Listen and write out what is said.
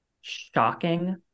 shocking